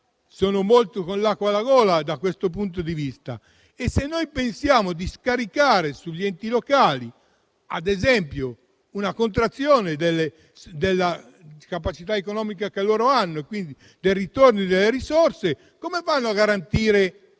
ritrovano con l'acqua alla gola da questo punto di vista, e noi pensiamo di scaricare sugli enti locali ad esempio una contrazione della loro capacità economica e quindi del ritorno delle risorse, come faranno a garantire i